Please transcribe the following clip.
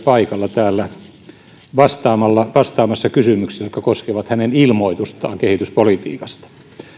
paikalla täällä vastaamassa vastaamassa kysymyksiin jotka koskevat hänen ilmoitustaan kehityspolitiikasta